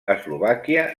eslovàquia